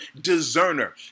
discerner